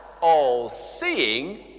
all-seeing